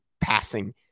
passing